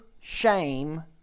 shame